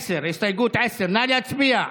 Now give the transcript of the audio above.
הסתייגות 10, נא להצביע.